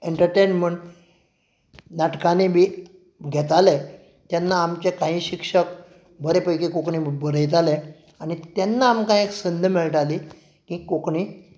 entertain म्हूण नाटकांनी बी घेताले तेन्ना आमचे काही शिक्षक बरे पैकी कोंकणी बरयताले आनी तेन्ना आमकां ही संद मेळटाली की कोंकणी